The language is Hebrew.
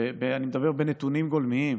ואני מדבר על נתונים גולמיים,